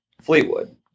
Fleetwood